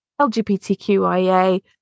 LGBTQIA